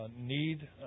need